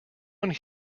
one